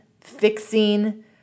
fixing